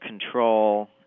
control